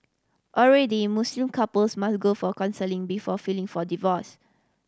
already Muslim couples must go for counselling before filing for divorce